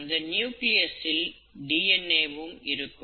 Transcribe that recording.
அந்த நியூக்ளியஸ் இல் D N A வும் இருக்கும்